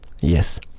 Yes